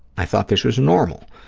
i thought this was normal.